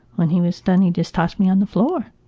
when he was done, he just tossed me on the floor